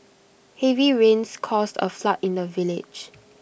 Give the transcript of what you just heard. heavy rains caused A flood in the village